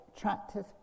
tractors